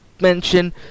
mention